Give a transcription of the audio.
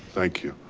thank you.